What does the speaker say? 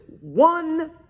One